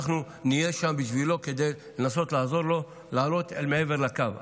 אנחנו נהיה שם בשבילו כדי לנסות לעזור לו לעלות אל מעבר לקו.